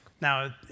Now